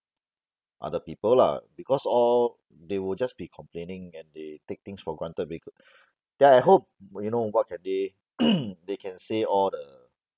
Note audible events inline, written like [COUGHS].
other people lah because all they will just be complaining and they take things for granted becau~ then I hope you know what can they [COUGHS] they can say all the